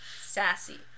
Sassy